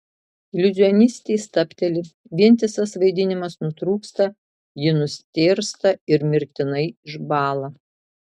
iliuzionistė stabteli vientisas vaidinimas nutrūksta ji nustėrsta ir mirtinai išbąla